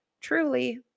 Truly